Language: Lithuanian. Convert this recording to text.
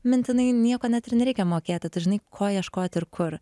mintinai nieko net ir nereikia mokėti tu žinai ko ieškot ir kur